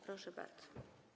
Proszę bardzo.